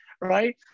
right